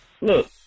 look